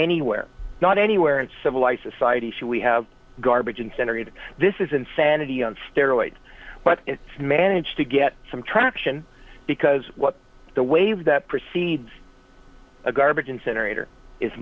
anywhere not anywhere in civilized society should we have garbage incinerated this is insanity on steroids but it's managed to get some traction because the wave that precedes a garbage incinerator is